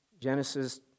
Genesis